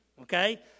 okay